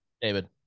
David